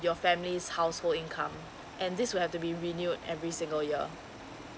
your family's household income and this would have to be renewed every single year